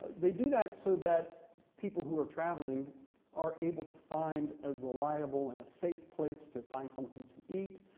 they do that so that people who are traveling are able to find a reliable and a safe place to find something to eat,